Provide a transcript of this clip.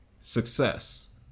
success